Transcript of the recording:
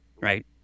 Right